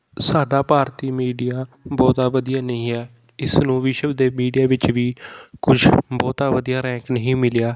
ਸਾਡਾ ਭਾਰਤੀ ਮੀਡੀਆ ਬਹੁਤਾ ਵਧੀਆ ਨਹੀਂ ਹੈ ਇਸ ਨੂੰ ਵਿਸ਼ਵ ਦੇ ਮੀਡੀਆ ਵਿੱਚ ਵੀ ਕੁਛ ਬਹੁਤਾ ਵਧੀਆ ਰੈਂਕ ਨਹੀਂ ਮਿਲਿਆ